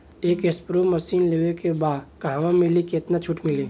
एक spray machine लेवे के बा कहवा मिली केतना छूट मिली?